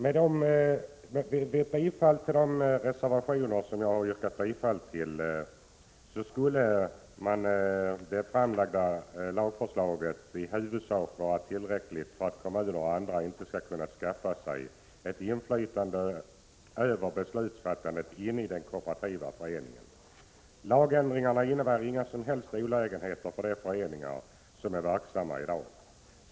Vid bifall till de reservationer som jag har yrkat bifall till torde de framlagda lagförslagen i huvudsak vara tillräckliga för att kommuner och andra inte skall kunna skaffa sig ett inflytande över beslutsfattandet inne i de kooperativa föreningarna. Lagändringarna innebär inga som helst olägenheter för de föreningar som är verksamma i dag.